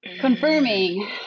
confirming